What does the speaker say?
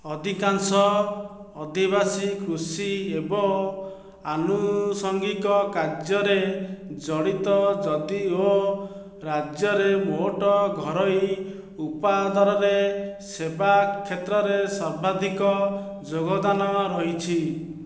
ଅଧିକାଂଶ ଅଧିବାସୀ କୃଷି ଏବଂ ଆନୁସଙ୍ଗିକ କାର୍ଯ୍ୟରେ ଜଡ଼ିତ ଯଦିଓ ରାଜ୍ୟରେ ମୋଟ ଘରୋଇ ଉତ୍ପାଦରେ ସେବା କ୍ଷେତ୍ରର ସର୍ବାଧିକ ଯୋଗଦାନ ରହିଛି